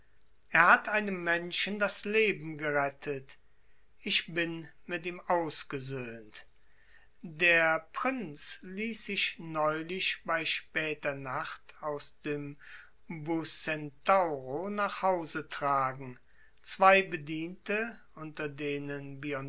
er hat einem menschen das leben gerettet ich bin mit ihm ausgesöhnt der prinz ließ sich neulich bei später nacht aus dem bucentauro nach hause tragen zwei bediente unter denen